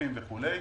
לפטופים וכולי.